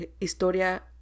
Historia